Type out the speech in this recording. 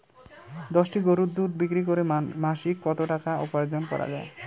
দশটি গরুর দুধ বিক্রি করে মাসিক কত টাকা উপার্জন করা য়ায়?